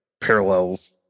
parallels